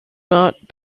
not